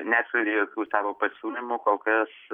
neatskleidė jokių savo pasiūlymų kol kas